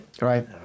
Right